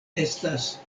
estas